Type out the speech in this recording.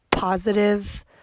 positive